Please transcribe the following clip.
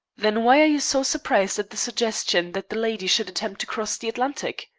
then why are you so surprised at the suggestion that the lady should attempt to cross the atlantic?